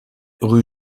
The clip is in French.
rue